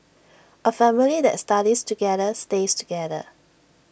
A family that studies together stays together